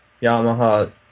Yamaha